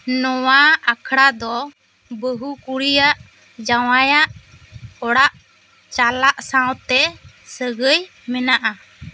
ᱱᱚᱣᱟ ᱟᱠᱷᱲᱟ ᱫᱚ ᱵᱟ ᱦᱩ ᱠᱩᱲᱤᱭᱟᱜ ᱡᱟᱶᱟᱭᱟᱜ ᱚᱲᱟᱜ ᱪᱟᱞᱟᱜ ᱥᱟᱶᱛᱮ ᱥᱟ ᱜᱟ ᱭ ᱢᱮᱱᱟᱜᱼᱟ